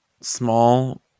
small